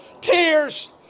tears